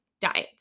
diets